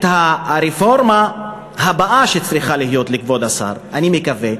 הרפורמה הבאה שצריכה להיות, כבוד השר, אני מקווה,